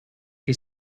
che